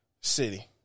City